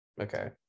okay